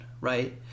right